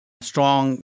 strong